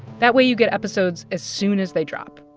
that way, you get episodes as soon as they drop